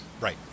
Right